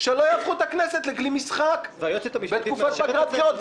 שלא יהפכו את הכנסת לכלי משחק בתקופת פגרת בחירות.